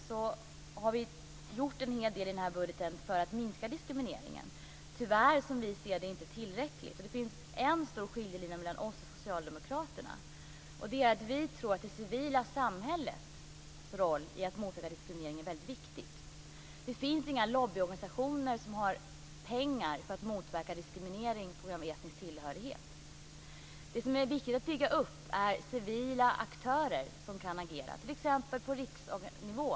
Vi har gjort en hel del i den här budgeten för att minska diskrimineringen. Tyvärr är det som vi ser det inte tillräckligt. Det finns en skarp skiljelinje mellan oss och socialdemokraterna. Vi tror att det civila samhällets roll i att motverka diskriminering är väldigt viktig. Det finns inga lobbyorganisationer som har pengar för att motverka diskriminering på grund av etnisk tillhörighet. Det som är viktigt att bygga upp är civila aktörer som kan agera, t.ex. på riksnivå.